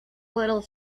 little